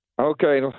Okay